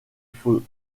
faut